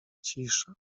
cisza